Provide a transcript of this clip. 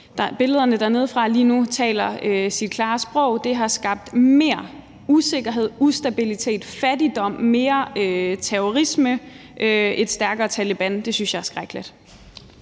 billederne dernedefra lige nu taler deres klare sprog. Det har skabt mere usikkerhed, ustabilitet, fattigdom, mere terrorisme, et stærkere Taleban – og det synes jeg er skrækkeligt.